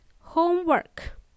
Homework